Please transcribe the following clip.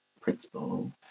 principle